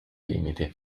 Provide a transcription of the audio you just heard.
limiti